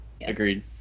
Agreed